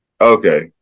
Okay